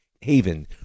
haven